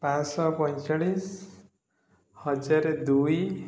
ପାଞ୍ଚଶହ ପଇଁଚାଳିଶ ହଜାର ଦୁଇ